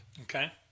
okay